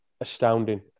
astounding